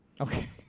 Okay